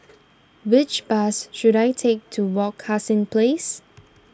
which bus should I take to Wak Hassan Place